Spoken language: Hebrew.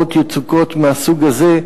עופרות יצוקות מהסוג הזה,